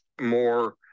more